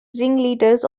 ringleaders